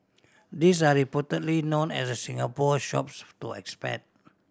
these are reportedly known as the Singapore Shops to expat